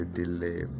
delay